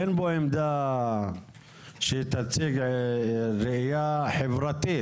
אין בו עמדה שתציג ראיה חברתית.